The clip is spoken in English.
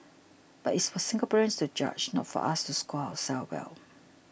but it's for Singaporeans to judge not for us to score ourselves well